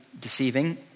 deceiving